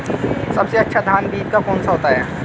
सबसे अच्छा धान का बीज कौन सा होता है?